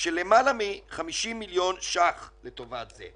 של למעלה מ-50 מיליון ש"ח לטובת זה.